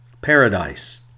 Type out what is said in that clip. paradise